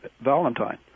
Valentine